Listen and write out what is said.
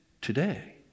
today